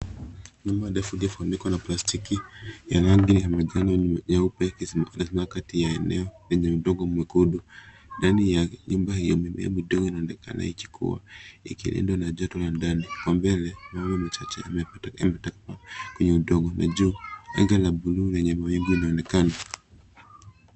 Nyumba ndefu ndefu imefunikwa na plastiki ya rangi ya majani na nyeupe ikisimama katikati ya eneo lenye udongo mwekundu. Ndani ya nyumba hiyo mimea midogo inaonekana ikikua ikilindwa na joto la ndani. Kwa mbele mimea michache imepandwa kwenye udongo na juu anga la blue lenye mawingu linaonekana.